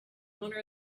owner